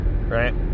Right